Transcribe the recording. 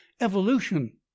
evolution